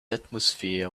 atmosphere